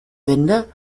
wende